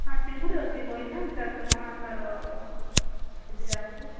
ହଁ ଚିଙ୍ଗୁଡ଼ି ଅଛି କହିଲି ନା ଚାରିଶହ ଟଙ୍କା ତାର କେଜିଟା ଆସୁଛି